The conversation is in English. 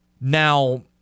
Now